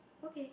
okay